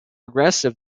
aggressive